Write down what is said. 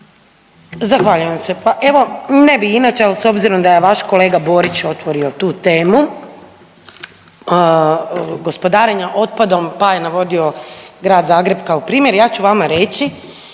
Zahvaljujem se. Pa evo ne bi inače, ali s obzirom da je vaš kolega Borić otvorio tu temu gospodarenja otpadom pa je navodio Grad Zagreb kao primjer ja ću vama reći